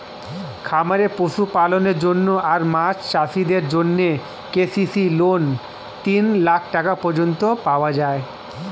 খামারে পশুপালনের জন্য আর মাছ চাষিদের জন্যে কে.সি.সি লোন তিন লাখ টাকা পর্যন্ত পাওয়া যায়